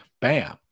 Bam